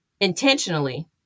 intentionally